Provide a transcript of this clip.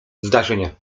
zdarzenia